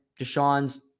Deshaun's